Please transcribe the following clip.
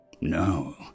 No